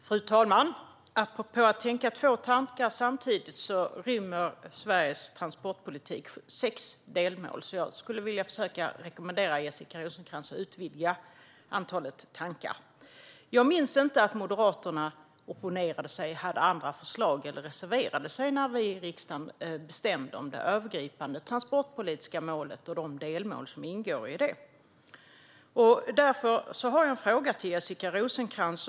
Fru talman! Apropå att ha två tankar samtidigt rymmer Sveriges transportpolitik sex delmål, så jag skulle vilja rekommendera Jessica Rosencrantz att utvidga antalet tankar. Jag minns inte att Moderaterna opponerade sig, hade andra förslag eller reserverade sig när vi i riksdagen bestämde det övergripande transportpolitiska målet och de delmål som ingår i det. Därför har jag en fråga till Jessica Rosencrantz.